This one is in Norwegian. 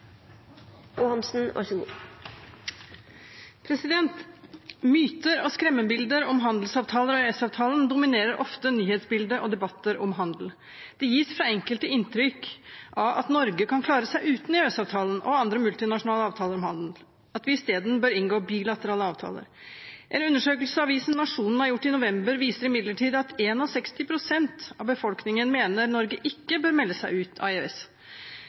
skremmebilder om handelsavtaler og EØS-avtalen dominerer ofte nyhetsbildet og debatter om handel. Det gis av enkelte inntrykk av at Norge kan klare seg uten EØS-avtalen og andre multinasjonale avtaler om handel, og at vi isteden bør inngå bilaterale avtaler. En undersøkelse som avisen Nationen gjorde i november, viser imidlertid at 61 pst. av befolkningen mener Norge ikke bør melde seg ut av EØS.